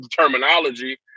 terminology